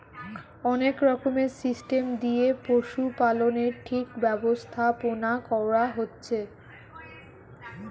অনেক রকমের সিস্টেম দিয়ে পশুপালনের ঠিক ব্যবস্থাপোনা কোরা হচ্ছে